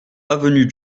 avenue